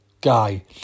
guy